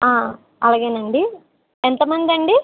ఆ అలాగే అండి ఎంతమంది అండి